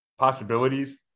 possibilities